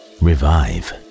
revive